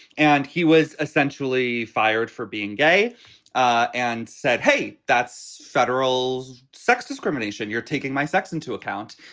and he was essentially fired for being gay ah and said, hey, that's federal's sex discrimination. you're taking my sex into account.